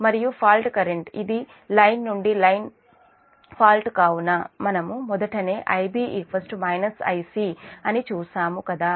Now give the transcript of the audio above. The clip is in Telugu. మరియు ఫాల్ట్ కరెంట్ ఇది లైన్ నుండి లైన్ ఫాల్ట్ కావున మనము మొదటనే Ib - Ic అని చూసాము కదా